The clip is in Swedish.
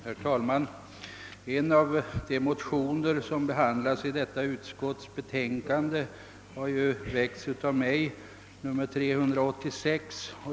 Herr talman! En av de motioner som behandlats i detta utskottsutlåtande har väckts av mig — det gäller motionen II: 386. .